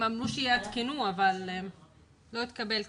הם אמרו שיעדכנו אבל לא התקבל כלום.